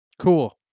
Cool